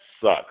sucks